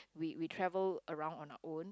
we we travel around on our own